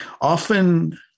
often